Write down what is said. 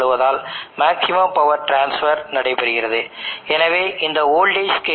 இது ஒரு நிலையான மதிப்பு k க்கு சமம் ஆகும் மற்றும் அது தோராயமாக 0